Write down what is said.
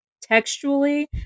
textually